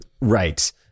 Right